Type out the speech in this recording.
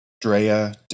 drea